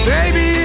Baby